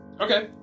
Okay